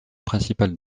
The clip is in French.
principale